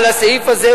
על הסעיף הזה,